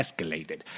escalated